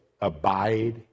abide